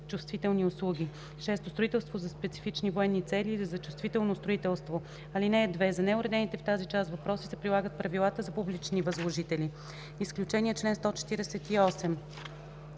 чувствителни услуги; 6. строителство за специфични военни цели или за чувствително строителство. (2) За неуредените в тази част въпроси се прилагат правилата за публични възложители.” „Чл. 148